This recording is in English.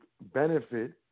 benefit